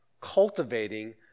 cultivating